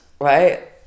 right